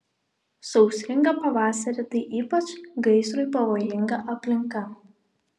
sausringą pavasarį tai ypač gaisrui pavojinga aplinka